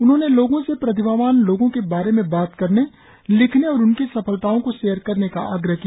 उन्होंने लोगो से प्रतिभावान लोगों के बारे में बात करने लिखने और उनकी सफलताओ को शेयर करने का आग्रह किया